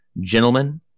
gentlemen